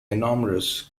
enormous